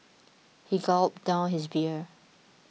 he gulped down his beer